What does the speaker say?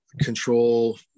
control